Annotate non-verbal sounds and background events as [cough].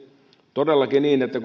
todellakin on niin että [unintelligible]